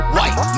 White